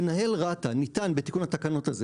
למנהל רת"א ניתן בתיקון התקנות הזה